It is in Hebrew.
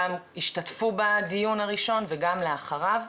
גם השתתפו בדיון הראשון וגם לאחריו.